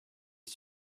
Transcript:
les